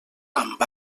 amb